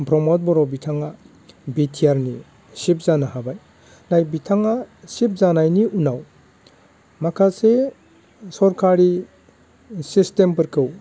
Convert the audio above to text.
प्रमद बर' बिथाङा बिटिआरनि चिफ जानो हाबाय दा बिथाङा चिफ जानायनि उनाव माखासे सरखारि सिसटेमफोरखौ